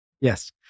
Yes